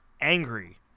angry